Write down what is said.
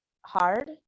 hard